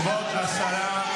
כבוד השרה.